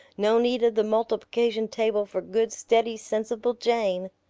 no need of the multiplication table for good, steady, sensible jane!